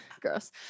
Gross